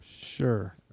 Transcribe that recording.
Sure